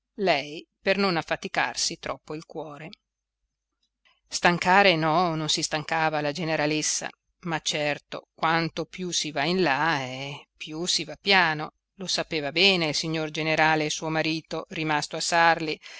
lei per non affaticarsi troppo il cuore stancare no non si stancava la generalessa ma certo quanto più si va in là eh più si va piano lo sapeva bene il signor generale suo marito rimasto a sarli